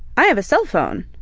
i have a cell phone,